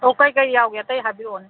ꯑꯧ ꯀꯔꯤ ꯀꯔꯤ ꯌꯥꯎꯒꯦ ꯑꯇꯩ ꯍꯥꯏꯕꯤꯔꯛꯑꯣꯅꯦ